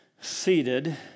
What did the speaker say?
seated